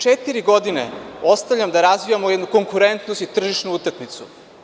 Četiri godine ostavljam da razvijamo jednu konkurentnost i tržišnu utakmicu.